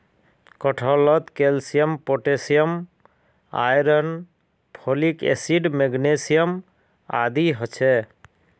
कटहलत calcium potassium iron folic acid magnesium आदि ह छे